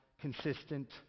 consistent